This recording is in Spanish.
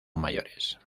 mayores